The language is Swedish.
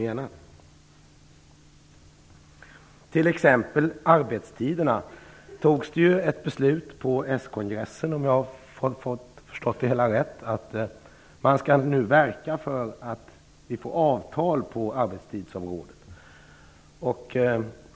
Det togs t.ex. ett beslut på s-kongressen om arbetstiderna, om jag har förstått det hela rätt. Man skall nu verka för att vi får avtal på arbetstidsområdet.